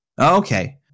Okay